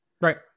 Right